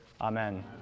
amen